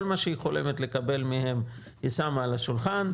כל מה שהיא חולמת לקבל מהם היא שמה על השולחן,